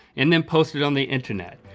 and then posted on the internet.